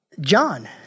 John